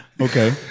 Okay